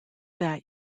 that